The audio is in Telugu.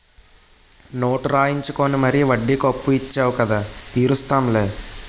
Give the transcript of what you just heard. నోటు రాయించుకుని మరీ వడ్డీకి అప్పు ఇచ్చేవు కదా తీరుస్తాం లే